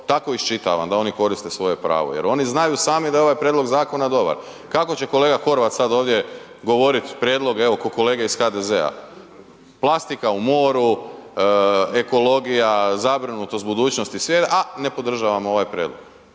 tako iščitavam da oni koriste svoje pravo jer oni znaju sami da ovaj prijedlog zakona dobar. Kako će kolega Horvat sad ovdje govorit prijedlog, evo ko kolege iz HDZ-a? Plastika u moru, ekologija, zabrinutost budućnosti i svijeta a ne podržavamo ovaj prijedlog